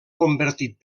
convertit